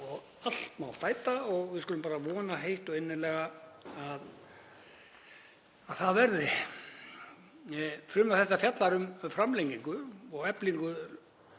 Allt má bæta og við skulum bara vona heitt og innilega að það verði. Frumvarp þetta fjallar um framlengingu og eflingu